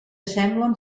semblen